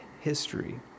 history